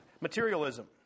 Materialism